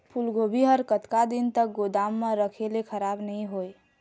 फूलगोभी हर कतका दिन तक गोदाम म रखे ले खराब नई होय?